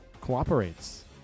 cooperates